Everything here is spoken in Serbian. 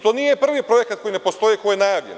To nije prvi projekat koji ne postoji koji je najavljen.